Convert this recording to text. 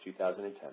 2010